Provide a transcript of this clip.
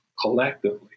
collectively